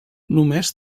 només